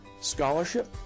scholarship